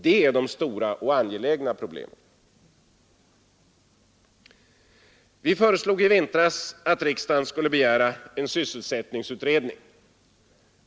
Det är de stora och angelägna problemen. Vi föreslog i vintras att riksdagen skulle begära en sysselsättningsutredning.